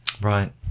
Right